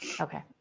Okay